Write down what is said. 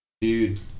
Dude